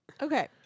Okay